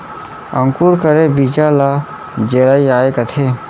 अंकुर करे बीजा ल जरई आए कथें